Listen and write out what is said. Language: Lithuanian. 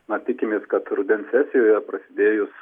na tikimės kad rudens sesijoje prasidėjus